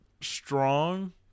strong